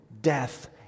death